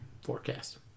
Forecast